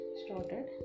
started